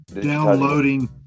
downloading